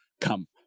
Come